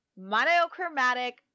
monochromatic